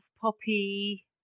Poppy